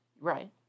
Right